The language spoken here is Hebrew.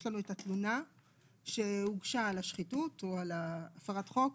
יש לנו את התלונה שהוגשה על השחיתות או על הפרת החוק,